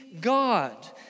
God